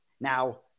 Now